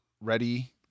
ready